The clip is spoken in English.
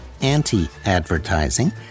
anti-advertising